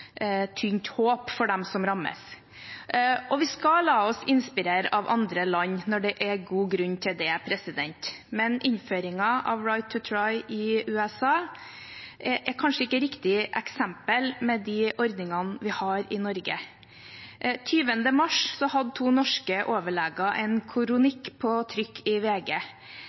håp for dem som rammes. Vi skal la oss inspirere av andre land når det er god grunn til det, men innføringen av «right to try» i USA er kanskje ikke riktig eksempel med de ordningene vi har i Norge. Den 20. mars hadde to norske overleger en kronikk på trykk i VG,